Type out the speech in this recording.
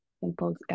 simple